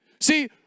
See